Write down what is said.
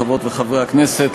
חברות וחברי הכנסת,